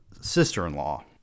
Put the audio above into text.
sister-in-law